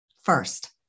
first